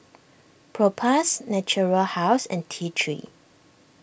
Propass Natura House and T three